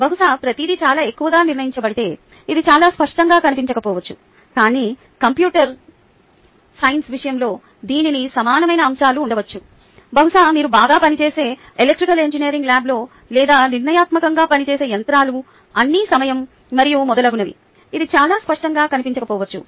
బహుశా ప్రతిదీ చాలా ఎక్కువగా నిర్ణయించబడితే ఇది చాలా స్పష్టంగా కనిపించకపోవచ్చు కానీ కంప్యూటర్ సైన్స్ విషయం లో దీనికి సమానమైన అంశాలు ఉండవచ్చు బహుశా మీరు బాగా పనిచేసే ఎలక్ట్రికల్ ఇంజనీరింగ్ ల్యాబ్లో లేదా నిర్ణయాత్మకంగా పనిచేసే యంత్రాలు అన్ని సమయం మరియు మొదలగునవి ఇది చాలా స్పష్టంగా కనిపించకపోవచ్చు